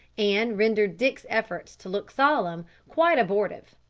and rendered dick's efforts to look solemn quite abortive.